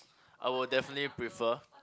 I would definite prefer